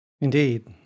Indeed